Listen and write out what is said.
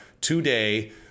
today